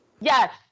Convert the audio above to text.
yes